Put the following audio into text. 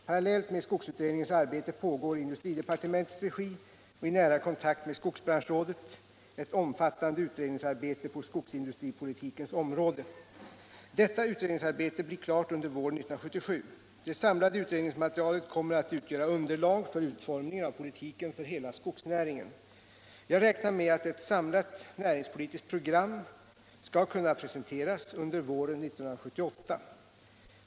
Parallellt med skogsutredningens arbete pågår i industridepartementets regi och i nära kontakt med skogsbranschrådet ett omfattande utredningsarbete på skogsindustripolitikens område. Detta utredningsarbete blir klart under våren 1977. Det samlade utredningsmaterialet kommer att utgöra underlag för utformningen av politiken för hela skogsnäringen. Jag räknar med att ett samlat näringspolitiskt program skall kunna presenteras under våren 1978.